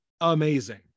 amazing